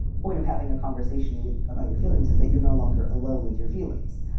the point of having a conversation with about your feelings is that you're no longer alone with your feelings.